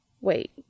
Wait